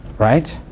right?